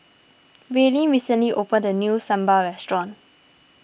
Raelynn recently opened a new Sambar restaurant